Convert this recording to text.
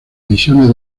misiones